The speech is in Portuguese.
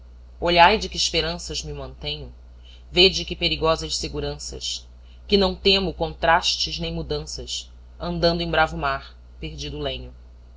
tenho olhai de que esperanças me mantenho vede que perigosas seguranças que não temo contrastes nem mudanças andando em bravo mar perdido o lenho